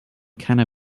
kinda